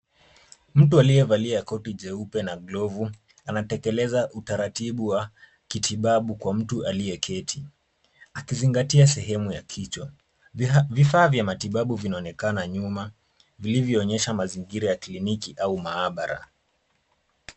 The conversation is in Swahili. Mtu aliyevalia koti jeupe na glovu anatekeleza utaratibu wa kitibabu kwa mtu aliyeketi akizingatia sehemu ya kichwa. Vifaa vya matibabu vinaonekana nyuma vilivyoonyesha mazingira ya kliniki au maabara.